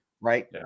right